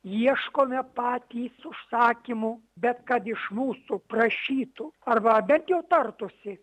ieškome patys užsakymų bet kad iš mūsų prašytų arba bent jau tartųsi